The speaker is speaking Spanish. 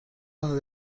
nos